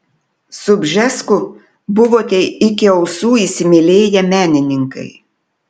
su bžesku buvote iki ausų įsimylėję menininkai